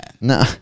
No